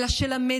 אלא של המדינה,